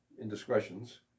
indiscretions